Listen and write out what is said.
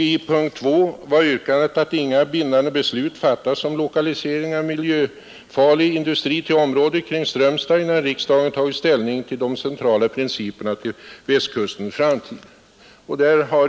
I punkt 2 är yrkandet ”att inga bindande beslut fattas om lokalisering av miljöfarlig industri till området kring Strömstad innan riksdagen tagit ställning till de centrala principerna för Västkustens framtid”.